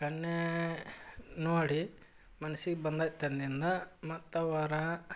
ಕನ್ಯೆ ನೋಡಿ ಮನ್ಸಿಗೆ ಬಂದೈತನ್ದಿಂದ ಮತ್ತು ವರ